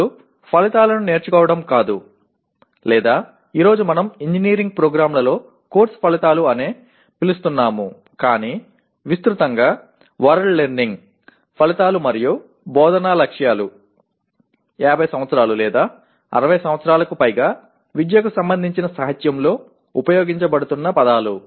ఇప్పుడు ఫలితాలను నేర్చుకోవడం కాదు లేదా ఈ రోజు మనం ఇంజనీరింగ్ ప్రోగ్రామ్లలో కోర్సు ఫలితాలు అని పిలుస్తున్నాము కానీ విస్తృతంగా వర్డ్ లెర్నింగ్ ఫలితాలు మరియు బోధనా లక్ష్యాలు 50 సంవత్సరాలు లేదా 60 సంవత్సరాలకు పైగా విద్యకు సంబంధించిన సాహిత్యంలో ఉపయోగించబడుతున్న పదాలు